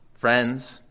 friends